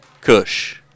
Kush